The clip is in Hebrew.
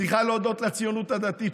צריכה להודות לציונות הדתית,